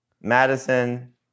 Madison